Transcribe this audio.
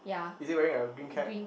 is he wearing a green cap